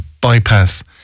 bypass